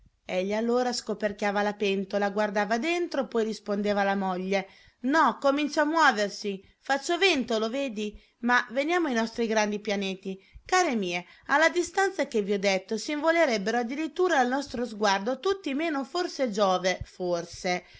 egli allora scoperchiava la pentola guardava dentro poi rispondeva alla moglie no comincia a muoversi faccio vento lo vedi ma veniamo ai nostri grandi pianeti care mie alla distanza che vi ho detto s'involerebbero addirittura al nostro sguardo tutti meno forse giove forse